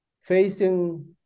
facing